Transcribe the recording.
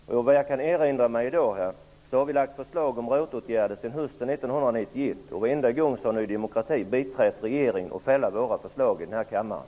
Enligt vad jag i dag kan erinra mig har vi socialdemokrater lagt fram förslag om ROT-åtgärder sedan hösten 1991, och varenda gång har Ny demokrati biträtt regeringen och fällt våra förslag här i kammaren.